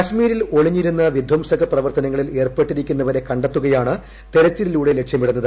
കശ്മീരിൽ ഒളിഞ്ഞിരുന്ന് വിധംസക പ്രവർത്തനങ്ങളിൽ ഏർപ്പെട്ടിരിക്കുന്നവരെ കണ്ടെത്തുകയാണ് തെരച്ചിലിലൂടെ ലക്ഷ്യമിടുന്നത്